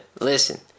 Listen